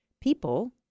people